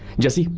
jessi,